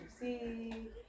see